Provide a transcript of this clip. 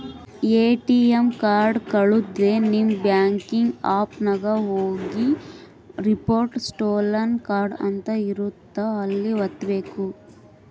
ATM card ಕಳುದ್ರೆ ನಿಮ್ banking app ನಾಗ ಹೋಗಿ ರಿಪೋರ್ಟ್ ಸ್ಟೋಲನ್ ಕಾರ್ಡ್ ಅಂತ ಇರುತ್ತ ಅಲ್ಲಿ ವತ್ತ್ಬೆಕು